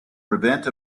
prevent